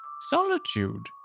Solitude